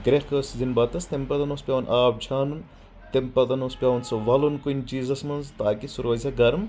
گرٛیٚکھ ٲسۍ دِنۍ بتَس تمہِ پتہٕ اوس پیٚوان آب چھانُن تمہِ پتہٕ اوس پیٚوان سُہ ولُن کُنہِ چیٖزس منٛز تاکہِ سُہ روزِ گرٕم